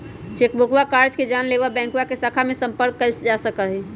चेकबुकवा चार्ज के जाने ला बैंकवा के शाखा में संपर्क कइल जा सका हई